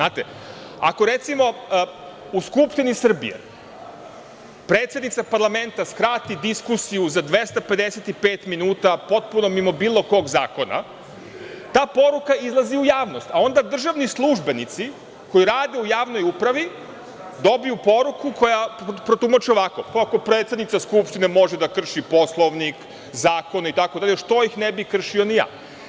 Ako, recimo, u Skupštini Srbije predsednica parlamenta skrati diskusiju za 255 minuta, potpuno mimo bilo kog zakona, ta poruka izlazi u javnost, a onda državni službenici koji rade u javnoj upravi dobiju poruku koju protumače ovako – ako predsednica Skupštine može da krši Poslovnik, zakone itd, što ih ne bih kršio ja?